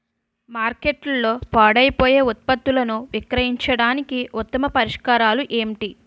మార్కెట్లో పాడైపోయే ఉత్పత్తులను విక్రయించడానికి ఉత్తమ పరిష్కారాలు ఏంటి?